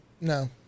no